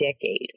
decade